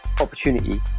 opportunity